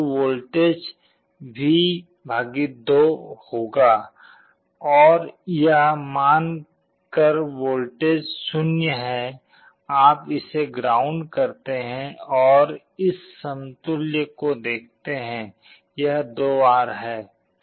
तो voltage V 2 होगा और यह मान कर वोल्टेज 0 है आप इसे ग्राउंड करते हैं और इस समतुल्य को देखते हैं यह 2R है